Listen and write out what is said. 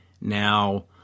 Now